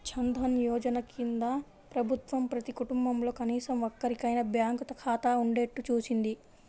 జన్ ధన్ యోజన కింద ప్రభుత్వం ప్రతి కుటుంబంలో కనీసం ఒక్కరికైనా బ్యాంకు ఖాతా ఉండేట్టు చూసింది